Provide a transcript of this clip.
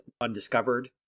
undiscovered